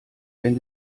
wenn